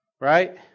Right